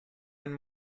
ein